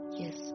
yes